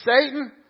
Satan